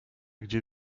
gdzie